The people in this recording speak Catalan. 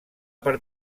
per